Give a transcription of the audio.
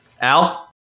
Al